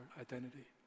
identity